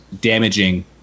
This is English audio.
damaging